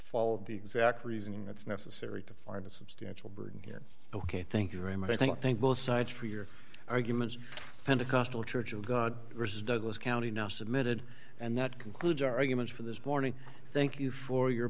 followed the exact reasoning that's necessary to find a substantial burden here ok thank you very much i think both sides for your arguments pentecostal church of god versus douglas county now submitted and that concludes our arguments for this morning thank you for your